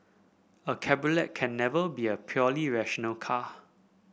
a cabriolet can never be a purely rational car